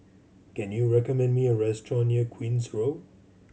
can you recommend me a restaurant near Queen's Road